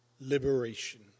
liberation